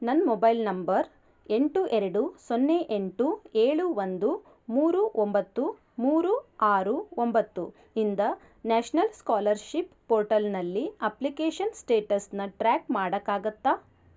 ನನ್ನ mobile number ಎಂಟು ಎರಡು ಸೊನ್ನೆ ಎಂಟು ಏಳು ಒಂದು ಮೂರು ಒಂಬತ್ತು ಮೂರು ಆರು ಒಂಬತ್ತು ಇಂದ ನ್ಯಾಷ್ನಲ್ ಸ್ಕಾಲರ್ಷಿಪ್ ಪೋರ್ಟಲ್ನಲ್ಲಿ ಅಪ್ಲಿಕೇಷನ್ ಸ್ಟೇಟಸ್ನ ಟ್ರ್ಯಾಕ್ ಮಾಡೋಕ್ಕಾಗುತ್ತಾ